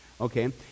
Okay